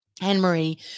Anne-Marie